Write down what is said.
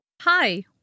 Hi